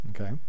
Okay